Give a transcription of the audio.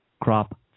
crop